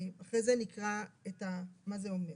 אחרי זה נקרא מה זה אומר.